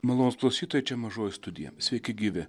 malonūs klausytojai čia mažoji studija sveiki gyvi